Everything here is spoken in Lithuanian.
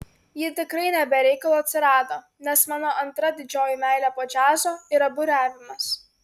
ji tikrai ne be reikalo atsirado nes mano antra didžioji meilė po džiazo yra buriavimas